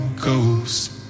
ghost